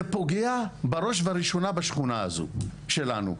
זה פוגע בראש ובראשונה בשכונה הזאת שלנו.